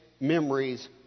memories